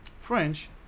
French